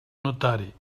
notari